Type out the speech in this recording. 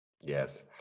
yes